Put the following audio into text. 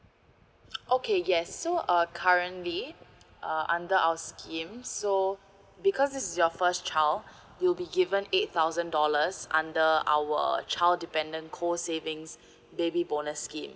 okay yes so uh currently uh under our scheme so because this is your first child you'll be given eight thousand dollars under our child dependent co savings baby bonus scheme